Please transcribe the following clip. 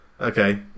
Okay